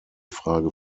frage